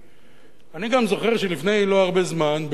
אני גם זוכר שלפני לא הרבה זמן,